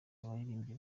abaririmbyi